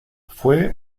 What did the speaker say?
fue